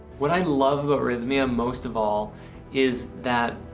what i love arrhythmia, most of all is that